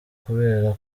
kubera